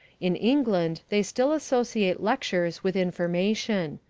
in england they still associate lectures with information.